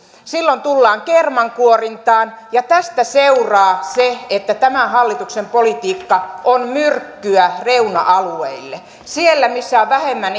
silloin tullaan kermankuorintaan ja tästä seuraa se että tämän hallituksen politiikka on myrkkyä reuna alueille siellä missä on vähemmän